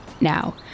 Now